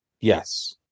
Yes